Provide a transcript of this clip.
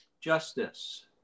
justice